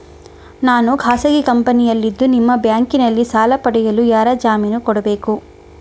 ನಾನು ಖಾಸಗಿ ಕಂಪನಿಯಲ್ಲಿದ್ದು ನಿಮ್ಮ ಬ್ಯಾಂಕಿನಲ್ಲಿ ಸಾಲ ಪಡೆಯಲು ಯಾರ ಜಾಮೀನು ಕೊಡಬೇಕು?